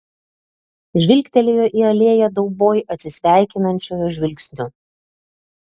žvilgtelėjo į alėją dauboj atsisveikinančiojo žvilgsniu